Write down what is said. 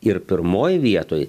ir pirmoj vietoj